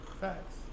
Facts